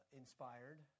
inspired